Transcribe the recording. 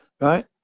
Right